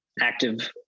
active